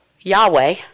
Yahweh